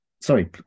Sorry